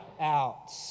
out